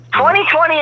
2020